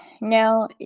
Now